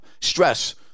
Stress